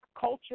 culture